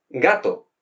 gato